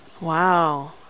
Wow